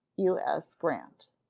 u s. grant.